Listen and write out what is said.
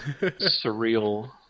surreal